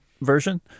version